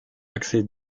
axé